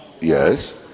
Yes